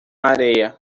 areia